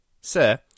Sir